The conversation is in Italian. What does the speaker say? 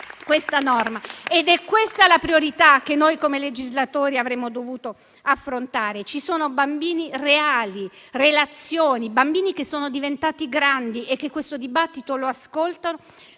questa norma ed è questa la priorità che noi, come legislatori, avremmo dovuto affrontare. Ci sono bambini reali, relazioni, bambini diventati grandi, che questo dibattito lo ascoltano,